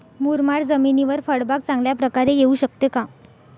मुरमाड जमिनीवर फळबाग चांगल्या प्रकारे येऊ शकते का?